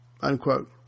unquote